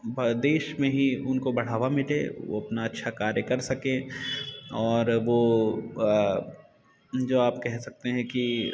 वह देश में ही उनको बढ़ावा मिले वो अपना अच्छा कार्य कर सकें और वो जो आप कह सकते हैं कि